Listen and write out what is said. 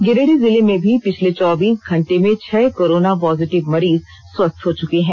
गिरिडीह जिले में भी पिछले चौबीस घंटे में छह कोरोना पॉजिटिव मरीज स्वस्थ हो चुके हैं